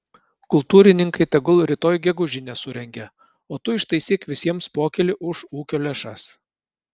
kultūrininkai tegul rytoj gegužinę surengia o tu ištaisyk visiems pokylį už ūkio lėšas